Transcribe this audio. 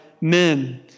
men